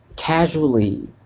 casually